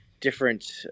different